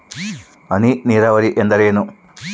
ಹನಿ ನೇರಾವರಿ ಎಂದರೇನು?